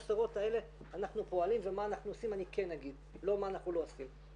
תחשבו שהילדים האלה הם כן רואים עכשיו בטלוויזיה את מה שקורה.